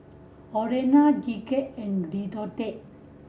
Olena Gidget and Deontae